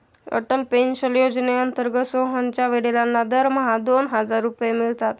Atal pension योजनेअंतर्गत सोहनच्या वडिलांना दरमहा दोन हजार रुपये मिळतात